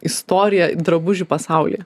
istoriją drabužių pasaulyje